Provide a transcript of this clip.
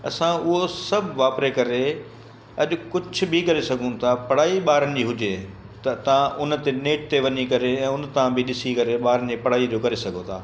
असां उहो सभु वापरे करे अॼु कुझ बि करे सघूं था पढ़ाई ॿारनि जी हुजे त तव्हां उन ते नेट ते वञी करे ऐं उन तां बि ॾिसी करे ॿारनि जे पढ़ाई जो करे सघो था